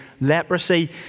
leprosy